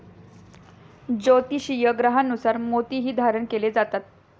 ज्योतिषीय ग्रहांनुसार मोतीही धारण केले जातात